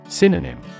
Synonym